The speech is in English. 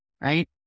right